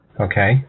Okay